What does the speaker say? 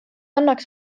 annaks